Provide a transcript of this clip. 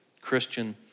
Christian